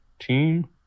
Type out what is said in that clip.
team